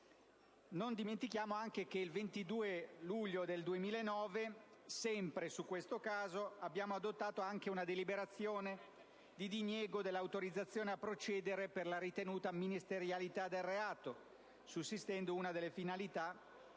Non dimentichiamo poi che il 22 luglio 2009, sempre per lo stesso caso, abbiamo adottato anche una deliberazione di diniego dell'autorizzazione a procedere per la ritenuta ministerialità del reato, sussistendo una delle finalità